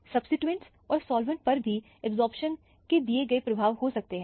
substituents और solvent पर भी अब्जॉर्प्शन के दिए गए प्रभाव हो सकते हैं